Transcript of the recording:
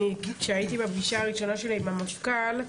שכשהייתי בפגישה הראשונה שלי עם המפכ"ל,